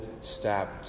stabbed